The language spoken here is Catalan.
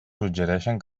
suggereixen